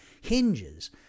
hinges